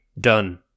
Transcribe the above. done